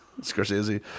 scorsese